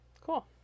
Cool